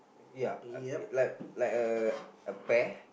ya like a like a bear